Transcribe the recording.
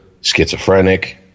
schizophrenic